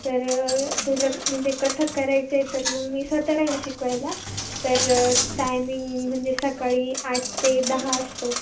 तर तुला म्हणजे कथक करायचं आहे तर मग मी स्वत राहील शिकवायला तर टायमिंग म्हणजे सकाळी आठ ते दहा असतो